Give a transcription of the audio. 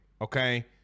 Okay